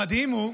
המדהים הוא,